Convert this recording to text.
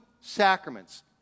sacraments